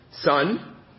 son